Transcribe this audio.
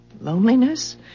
loneliness